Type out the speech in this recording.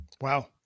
wow